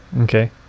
Okay